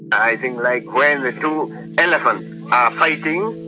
i think like when two elephants are fighting,